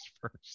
first